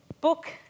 book